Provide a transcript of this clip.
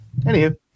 Anywho